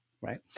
right